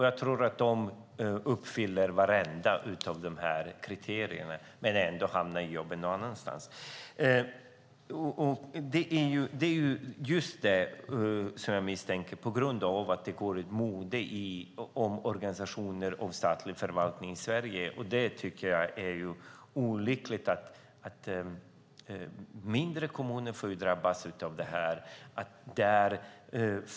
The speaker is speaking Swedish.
Jag tror att de uppfyller vartenda av de här kriterierna, men ändå hamnar jobben någon annanstans. Jag misstänker att det går ett mode i organisationer och statlig förvaltning i Sverige. Jag tycker att det är olyckligt. Mindre kommuner drabbas av detta.